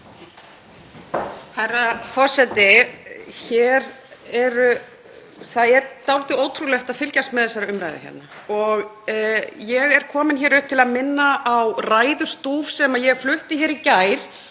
Herra forseti. Það er dálítið ótrúlegt að fylgjast með þessari umræðu hérna. Ég er komin hingað upp til að minna á ræðustúf sem ég flutti hér í gær